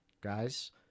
Guys